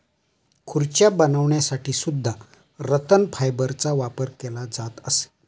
खुर्च्या बनवण्यासाठी सुद्धा रतन फायबरचा वापर केला जात असे